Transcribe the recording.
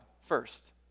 first